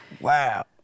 Wow